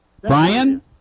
Brian